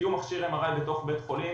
לקיום מכשיר MRI בתוך בית חולים,